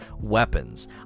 weapons